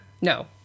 No